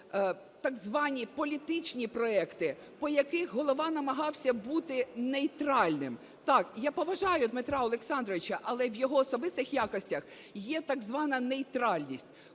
Так звані політичні проекти, по яких Голова намагався бути нейтральним. Так, я поважаю Дмитра Олександровича, але в його особистих якостях є так звана нейтральність.